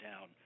down